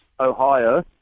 Ohio